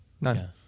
None